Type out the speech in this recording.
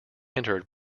entered